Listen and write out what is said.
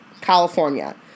California